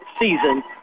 season